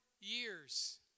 years